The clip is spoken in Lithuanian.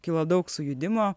kilo daug sujudimo